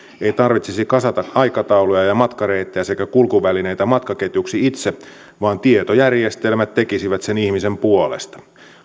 ei tarvitsisi kasata aikatauluja ja ja matkareittejä sekä kulkuvälineitä matkaketjuksi itse vaan tietojärjestelmät tekisivät sen ihmisen puolesta